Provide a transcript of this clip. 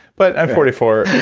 but i'm forty four.